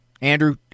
Andrew